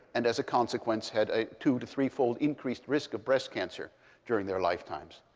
and as a consequence, had a two to three-fold increased risk of breast cancer during their lifetimes.